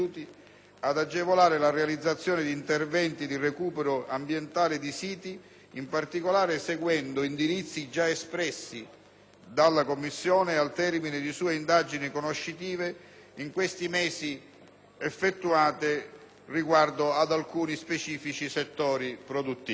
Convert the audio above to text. ad agevolare la realizzazione di interventi di recupero ambientale di siti, in particolare seguendo indirizzi già espressi dalla Commissione al termine di sue indagini conoscitive effettuate in questi mesi riguardo ad alcuni specifici settori produttivi.